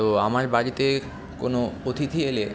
তো আমার বাড়িতে কোনও অতিথি এলে